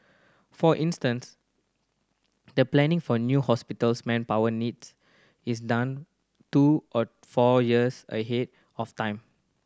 for instance the planning for a new hospital's manpower needs is done two or four years ahead of time